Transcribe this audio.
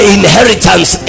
inheritance